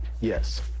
Yes